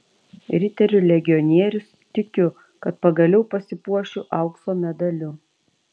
riterių legionierius tikiu kad pagaliau pasipuošiu aukso medaliu